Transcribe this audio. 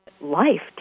life